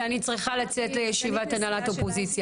ואני צריכה לצאת לישיבת אופוזיציה.